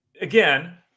again